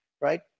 right